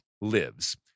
lives